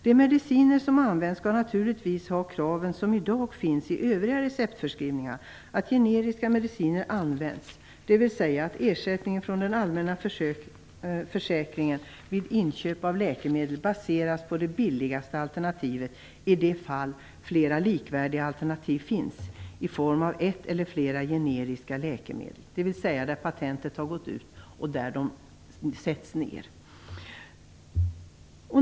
De mediciner som används skall naturligtvis ha samma krav som i dag finns i övriga receptförskrivningar, dvs. att generiska mediciner används och att ersättningen från den allmänna försäkringen vid inköp av läkemedel baseras på det billigaste alternativet i de fall flera likvärdiga alternativ finns i form av ett eller flera generiska läkemedel, dvs. där patentet har gått ut och de sätts ned.